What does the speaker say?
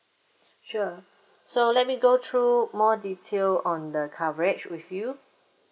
sure so let me go through more detail on the coverage with you